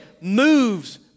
moves